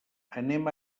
anem